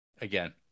again